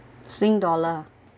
sing dollar